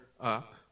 up